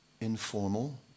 informal